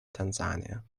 tanzania